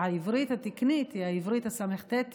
שהעברית התקנית היא העברית הס"טית